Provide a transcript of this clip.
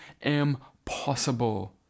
impossible